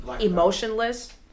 emotionless